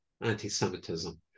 anti-Semitism